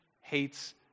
hates